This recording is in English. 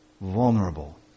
vulnerable